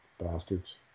bastards